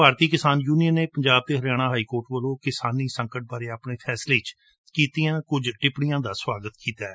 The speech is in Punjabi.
ਭਾਰਤੀ ਕਿਸਾਨ ਯੁਨੀਅਨ ਨੇ ਪੰਜਾਬ ਅਤੇ ਹਰਿਆਣਾ ਹਾਈਕੋਰਟ ਵੱਲੋਂ ਕਿਸਾਨੀ ਸੰਕਟ ਬਾਰੇ ਆਪਣੇ ਫੈਸਲੇ ਵਿੱਚ ਕੀਤੀਆਂ ਕੁਝ ਟਿੱਪਣੀਆਂ ਦਾ ਸਵਾਗਤ ਕੀਤੈ